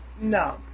No